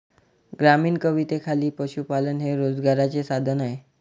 ग्रामीण कवितेखाली पशुपालन हे रोजगाराचे साधन आहे